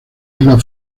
isla